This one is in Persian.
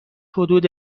حدود